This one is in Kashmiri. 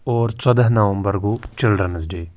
اور ژۄداہ نومبر گوٚو چِلڈرٛنٕز ڈے